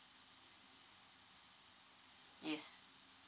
yes